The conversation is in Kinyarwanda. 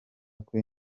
kuri